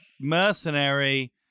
mercenary